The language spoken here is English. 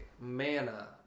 mana